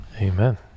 Amen